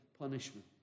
punishment